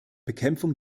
bekämpfung